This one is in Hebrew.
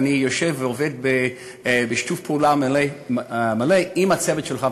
ואני יושב ועובד בשיתוף פעולה מלא עם הצוות שלך,